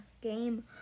game